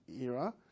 era